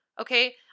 Okay